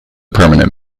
permanent